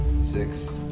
Six